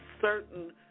certain